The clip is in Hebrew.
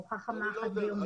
ארוחה חמה אחת ביום זה לא מספיק.